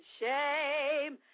shame